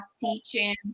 teaching